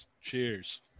Cheers